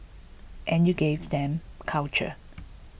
and you give them culture